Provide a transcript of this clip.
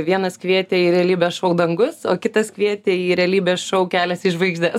vienas kvietė į realybės šou dangus o kitas kvietė į realybės šou kelias į žvaigždes